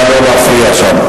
תודה,